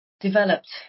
developed